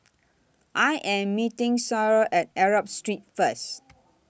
I Am meeting Cyril At Arab Street First